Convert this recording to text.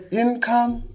income